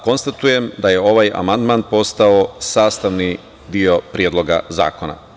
Konstatujem da je ovaj amandman postao sastavni deo Predloga zakona.